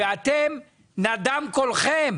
ואתם, נדם קולכם.